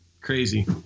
crazy